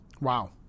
Wow